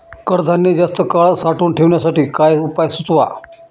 कडधान्य जास्त काळ साठवून ठेवण्यासाठी काही उपाय सुचवा?